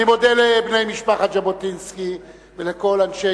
אני מודה לבני משפחת ז'בוטינסקי ולכל אנשי